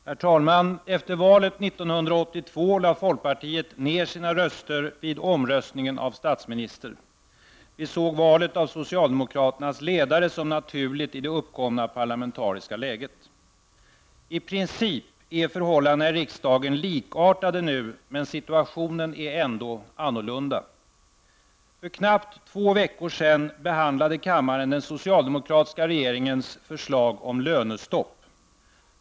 Herr talman! Efter valet 1982 lade folkpartiet ned sina röster vid omröstningen om val av statsminister. Vi såg valet av socialdemokraternas ledare som naturligt i det uppkomna parlamentariska läget. I princip är förhållandena i riksdagen likartade nu, men situationen är ändå annorlunda. För knappt två veckor sedan behandlade kammaren den socialdemokratiska regeringens förslag om lönestopp.